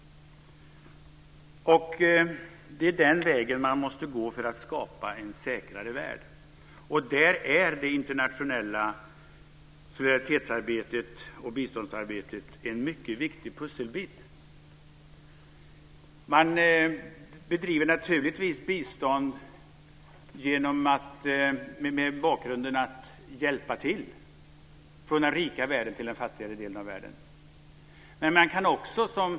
Det är den vägen som man måste gå för att skapa en säkrare värld. Där är det internationella solidaritetsarbetet och biståndsarbetet en mycket viktig pusselbit. Man ger ju bistånd från den rikare delen av världen till den fattigare delen av världen för att hjälpa till.